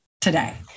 today